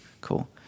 cool